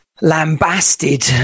lambasted